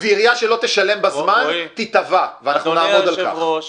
ומי שמשלם את זה בסוף זה האזרח הקטן.